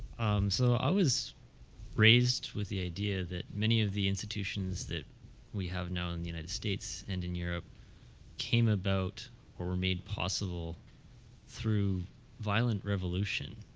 so i was raised with the idea that many of the institutions that we have now in the united states and in europe came about or were made possible through violent revolution.